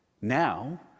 now